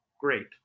Great